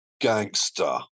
Gangster